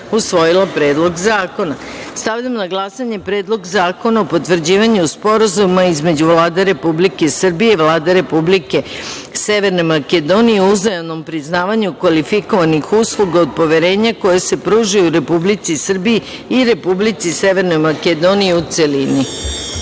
usvojila Predlog zakona. Stavljam na glasanje Predlog zakona o potvrđivanju Sporazuma između Vlade Republike Srbije i Vlade Republike Severne Makedonije o uzajamnom priznavanju kvalifikovanih usluga od poverenja koje se pružaju u Republici Srbiji i Republici Severnoj Makedoniji,